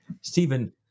Stephen